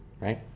right